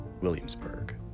Williamsburg